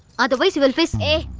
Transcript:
otherwise you will face hey!